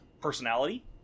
personality